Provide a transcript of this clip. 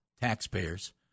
taxpayers